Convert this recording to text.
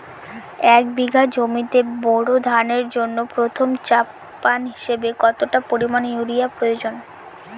এক বিঘা জমিতে বোরো ধানের জন্য প্রথম চাপান হিসাবে কতটা পরিমাণ ইউরিয়া প্রয়োজন?